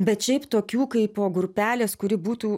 bet šiaip tokių kaipo grupelės kuri būtų